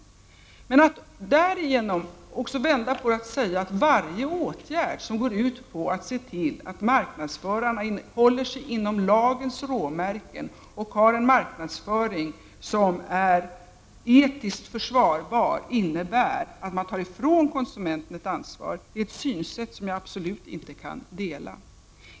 Men att man vänder på detta och säger att varje åtgärd som går ut på att se till att marknadsförarna håller sig inom lagens råmärken och har en marknadsföring som är etiskt försvarbar innebär att man tar ifrån konsumenten ett ansvar är ett synsätt som jag absolut inte kan dela.